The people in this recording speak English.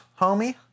homie